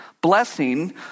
blessing